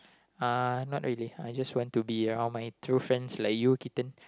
uh not really I just want to be around my true friends like you Keaton